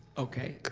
okay,